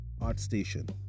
ArtStation